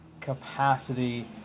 capacity